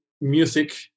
music